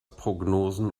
prognosen